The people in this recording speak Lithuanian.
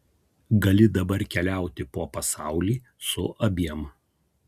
gali dabar keliauti po pasaulį su abiem